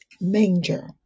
manger